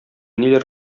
ниләр